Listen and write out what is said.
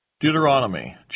Deuteronomy